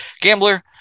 Gambler